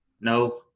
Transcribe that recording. No